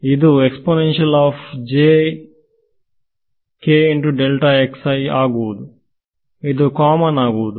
ಇದು ಆಗುವುದು ಇದು ಕಾಮನ್ ಆಗುವುದು